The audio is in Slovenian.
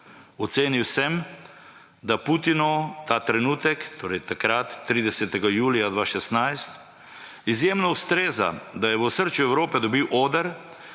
Ocenil sem, da Putinu ta trenutek, torej takrat 30. julija 2016 izjemno ustreza, da je v osrčju Evrope dobil oder,